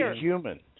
human